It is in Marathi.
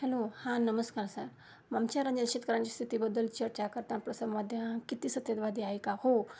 हॅलो हां नमस्कार सर आमच्या रंजन शेतकऱ्यांची स्थितीबद्दल चर्चा करता प्रसारमाध्यम किती सत्यवादी आहे का हो